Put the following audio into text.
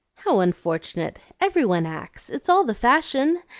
how unfortunate! every one acts it's all the fashion,